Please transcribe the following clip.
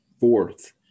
fourth